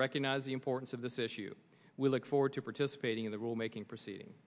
recognize the importance of this issue we look forward to participating in the rule making proceeding